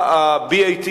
עם בתי-משפט,